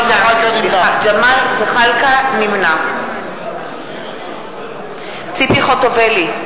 נמנע ציפי חוטובלי,